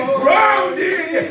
grounded